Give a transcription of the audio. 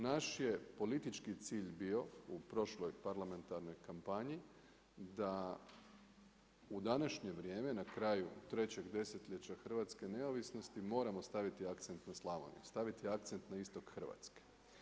Naš je politički cilj bio u prošloj parlamentarnoj kampanji da u današnje vrijeme na kraju trećeg desetljeća hrvatske neovisnosti moramo staviti akcent na Slavoniju, staviti akcent na istok Hrvatske.